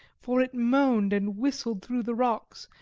for it moaned and whistled through the rocks,